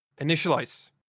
initialize